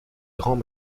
grand